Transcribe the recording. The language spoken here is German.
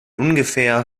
ungefähr